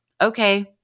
Okay